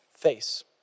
Face